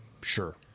Sure